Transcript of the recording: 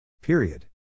Period